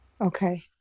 okay